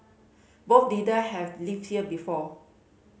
both leader have lived here before